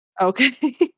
Okay